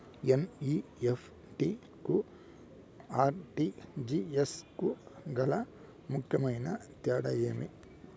NEFT కు RTGS కు గల ముఖ్యమైన తేడా ఏమి?